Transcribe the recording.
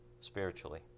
spiritually